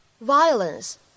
violence